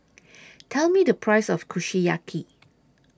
Tell Me The Price of Kushiyaki